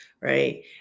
Right